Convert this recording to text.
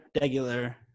regular